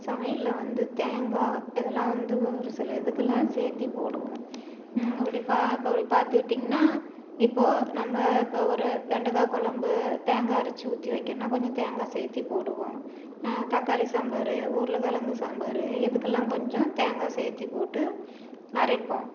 சமையலில் வந்து தேங்காய் இதெல்லாம் வந்து ஒரு சில இதுக்கெல்லாம் சேத்து போடுவோம் அப்படி அப்படி பார்த்துக்கிட்டீங்கனா இப்போது நம்ம இப்போ ஒரு வெண்டைக்கா கொழம்பு தேங்காய் அரைச்சி ஊற்றி வைக்கணும்னா கொஞ்சம் தேங்காய் சேத்து போடுவோம் தக்காளி சாம்பார் உருளக்கெழங்கு சாம்பார் இதுக்கெல்லாம் கொஞ்சம் தேங்காய் சேத்து போட்டு அரைப்போம்